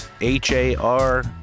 H-A-R